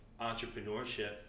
entrepreneurship